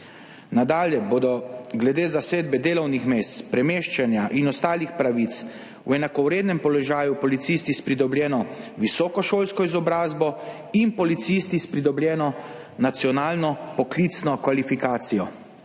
Nadalje bodo glede zasedbe delovnih mest, premeščanja in ostalih pravic v enakovrednem položaju policisti s pridobljeno visokošolsko izobrazbo in policisti s pridobljeno nacionalno poklicno kvalifikacijo.